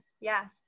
Yes